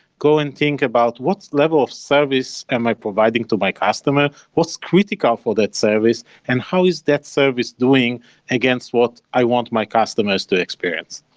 go and think about what level of service am i providing to my customer? what's critical for that service and how is that service doing against what i want my customers to experience?